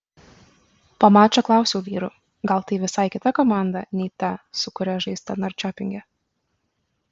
po mačo klausiau vyrų gal tai visai kita komanda nei ta su kuria žaista norčiopinge